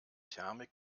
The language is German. thermik